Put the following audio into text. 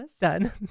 done